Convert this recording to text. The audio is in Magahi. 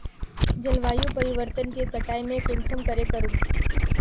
जलवायु परिवर्तन के कटाई में कुंसम करे करूम?